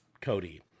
Cody